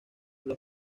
los